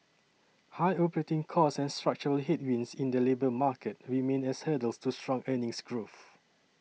high operating costs and structural headwinds in the labour market remain as hurdles to strong earnings growth